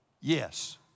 Yes